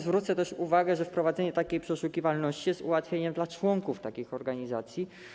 Zwrócę też uwagę, że wprowadzenie takiej przeszukiwalności jest ułatwieniem dla członków takich organizacji.